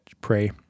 pray